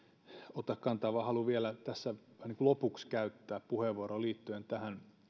ota kantaa vaan haluan vielä tässä vähän niin kuin lopuksi käyttää puheenvuoron liittyen tähän